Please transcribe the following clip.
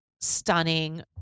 stunning